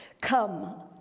Come